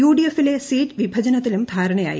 യുഡിഎഫിലെ seat വിഭജനത്തിലും ധാരണയായി